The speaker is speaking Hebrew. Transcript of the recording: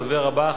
הדובר הבא,